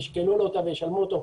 ישקלו אותה וישנעו אותה.